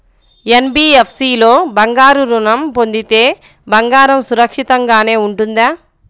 NBFC లో బంగారు ఋణం పొందితే బంగారం సురక్షితంగానే ఉంటుందా?